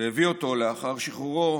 והביא אותו לאחר שחרורו